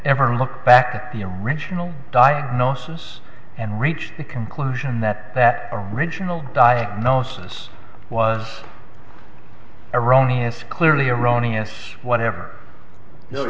ever looked back at the original diagnosis and reached the conclusion that that original diagnosis was erroneous clearly erroneous whatever